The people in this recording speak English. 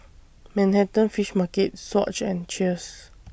Manhattan Fish Market Swatch and Cheers